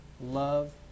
love